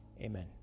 Amen